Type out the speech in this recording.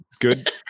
good